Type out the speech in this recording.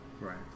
right